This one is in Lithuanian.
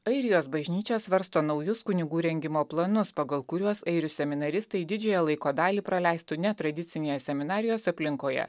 airijos bažnyčia svarsto naujus kunigų rengimo planus pagal kuriuos airių seminaristai didžiąją laiko dalį praleistų netradicinėje seminarijos aplinkoje